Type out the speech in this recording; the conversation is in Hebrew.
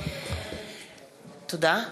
תודה.